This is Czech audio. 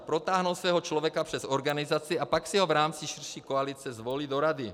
Protáhnou svého člověka přes organizaci a pak si ho v rámci širší koalice zvolí do rady.